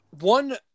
one